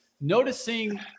noticing